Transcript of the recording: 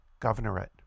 governorate